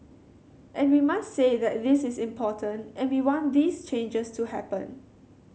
and we must say that this is important and we want these changes to happen